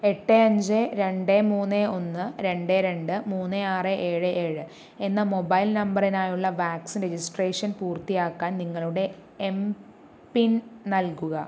എട്ട് അഞ്ച് രണ്ട് മൂന്ന് ഒന്ന് രണ്ട് രണ്ട് മൂന്ന് ആറ് ഏഴ് ഏഴ് എന്ന മൊബൈൽ നമ്പറിനായുള്ള വാക്സിൻ രജിസ്ട്രേഷൻ പൂർത്തിയാക്കാൻ നിങ്ങളുടെ എം പിൻ നൽകുക